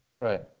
Right